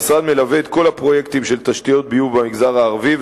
המשרד מלווה את כל הפרויקטים של תשתיות ביוב במגזר הערבי,